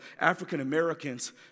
African-Americans